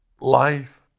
life